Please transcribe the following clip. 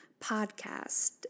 podcast